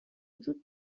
وجود